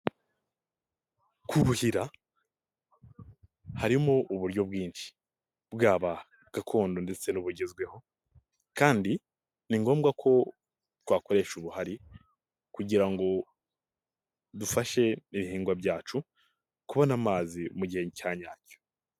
Kuruhira harimo uburyo bwinshi bwaba gakondo ndetse n'ubugezweho kandi ni ngombwa ko twakoresha ubuhari kugira ngo dufashe ibihingwa byacu, kubona amazi mu gihe cya nyacyo.